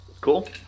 Cool